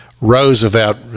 Roosevelt